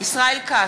ישראל כץ,